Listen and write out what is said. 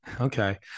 Okay